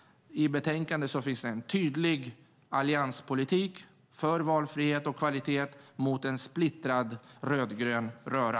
I betänkandet står en tydlig allianspolitik för valfrihet och kvalitet mot en splittrad rödgrön röra.